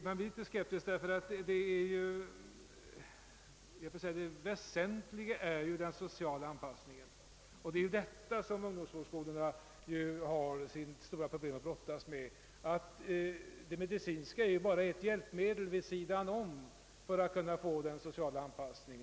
Det kan man emellertid bli, eftersom den sociala anpassningen är det stora problem som ungdomsvårdsskolorna har att brottas med. Den medicinska insatsen är bara ett hjälpmedel vid sidan om i arbetet på att skapa social anpassning.